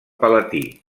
palatí